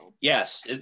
Yes